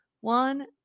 one